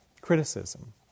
criticism